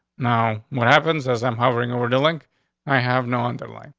now what happens as i'm hovering over dealing, i have no underlying.